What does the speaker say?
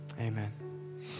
amen